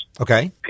Okay